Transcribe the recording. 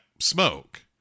smoke